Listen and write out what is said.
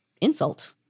insult